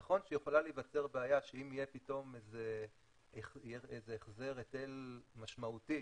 נכון שיכולה להיווצר בעיה שאם יהיה איזה החזר היטל משמעותי